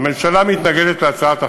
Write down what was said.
הממשלה מתנגדת להצעת החוק.